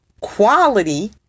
quality